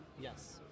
Yes